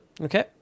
Okay